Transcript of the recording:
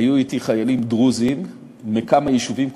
היו אתי חיילים דרוזים מכמה יישובים,